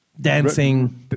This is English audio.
Dancing